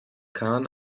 kahn